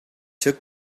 took